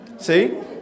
See